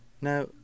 Now